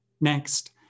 Next